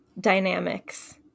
dynamics